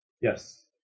Yes